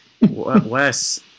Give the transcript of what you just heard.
Wes